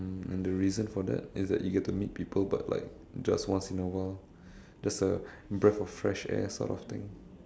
um and the reason for that is that you get to meet people but like just once in awhile just a breathe of fresh air sort of thing